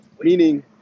meaning